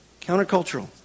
Countercultural